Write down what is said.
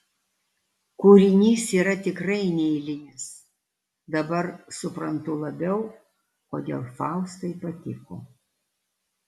kūrinys yra tikrai neeilinis dabar suprantu labiau kodėl faustai patiko